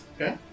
Okay